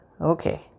okay